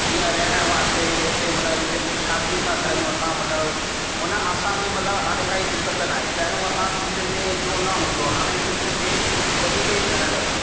जीअं रहण वास्ते उते मतिलबु शादियूं था करियूं असां मतिलबु हुन असांखे मतिलबु हाणे काई दिक़त नाहे पहिरियों असां सिंधियुनि में एतिरो न हूंदो हाणे सिंधियुनि में वधीक ई थियणु लॻो आहे